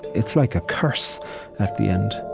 it's like a curse at the end